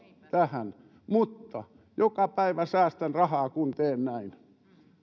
tähän joka päivä säästän rahaa kun teen näin